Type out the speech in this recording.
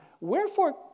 Wherefore